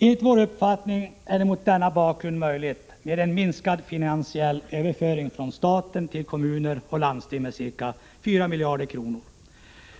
Enligt vår uppfattning är det mot denna bakgrund möjligt med en minskad finansiell överföring från staten till kommuner och landsting på ca 4 miljarder kronor.